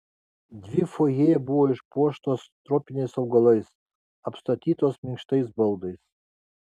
dvi fojė buvo išpuoštos tropiniais augalais apstatytos minkštais baldais